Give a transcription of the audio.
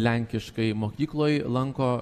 lenkiškai mokykloj lanko